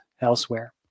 elsewhere